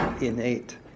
innate